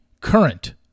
current